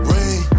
Rain